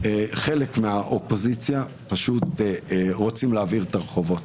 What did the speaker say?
חלק מהאופוזיציה פשוט רוצה להבעיר את הרחובות.